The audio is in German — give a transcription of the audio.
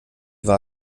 war